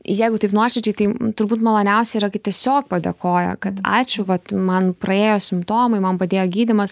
jeigu taip nuoširdžiai tai turbūt maloniausia yra kai tiesiog padėkoja kad ačiū vat man praėjo simptomai man padėjo gydymas